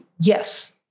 Yes